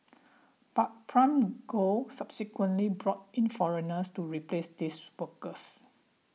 but Prime Gold subsequently brought in foreigners to replace these workers